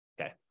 Okay